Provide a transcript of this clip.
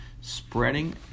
spreading